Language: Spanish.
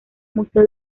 museo